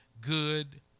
good